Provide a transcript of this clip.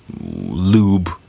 lube